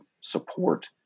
support